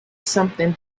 something